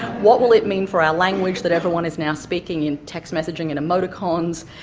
what will it mean for our language that everyone is now speaking in text messaging and emoticons.